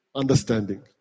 understanding